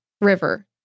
River